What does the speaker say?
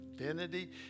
identity